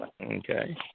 Okay